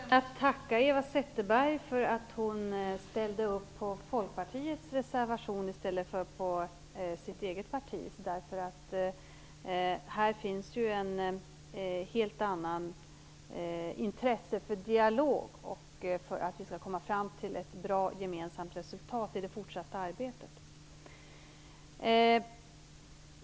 Fru talman! Jag vill börja med att tacka Eva Zetterberg för att hon ställde upp på Folkpartiets reservation i stället för på sitt eget partis. Här finns ju ett helt annat intresse för dialog och för att vi skall komma fram till ett bra gemensamt resultat i det fortsatta arbetet.